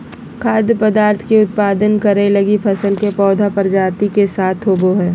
खाद्य पदार्थ के उत्पादन करैय लगी फसल के पौधा प्रजाति के साथ होबो हइ